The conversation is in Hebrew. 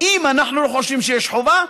אם אנחנו לא חושבים שיש חובה,